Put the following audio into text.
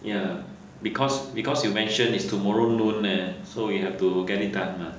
ya because because you mentioned is tomorrow noon leh so you have to get it done ah